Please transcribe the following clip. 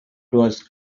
was